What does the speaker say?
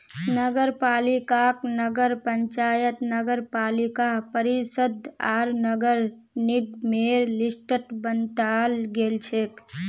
नगरपालिकाक नगर पंचायत नगरपालिका परिषद आर नगर निगमेर लिस्टत बंटाल गेलछेक